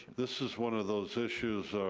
this is one of those issues,